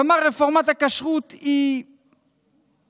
אומר כמה רפורמת הכשרות היא אסון,